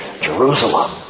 Jerusalem